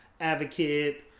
advocate